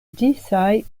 disaj